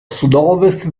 sudovest